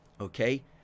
Okay